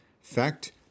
Fact